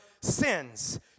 sins